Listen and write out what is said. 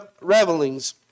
revelings